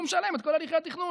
הוא משלם את כל הליכי התכנון.